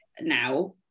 now